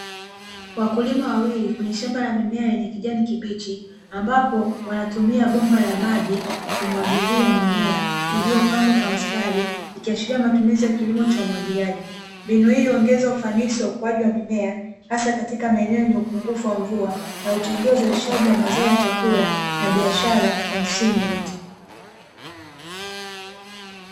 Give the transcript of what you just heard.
Wakulima wawili kwenye shamba la mimea ya kijani kibichi ambapo wanatumia bomba la maji kumwagilia mimea ilipangwa kwa mstari ikiashiria matumizi ya kilimo cha umwagiliaji, mbinu hii huongeza ufanisi wa ukuaji wa mimea hasa katika maeneo yenye upungufu wa mvua na huchangia uzalishaji wa mazao ya chakula na biashara kwa msimu wote.